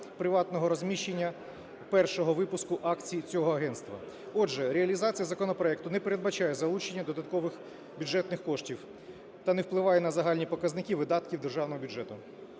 приватного розміщення першого випуску акцій цього агентства. Отже, реалізація законопроекту не передбачає залучення додаткових бюджетних коштів та не впливає на загальні показники видатків державного бюджету.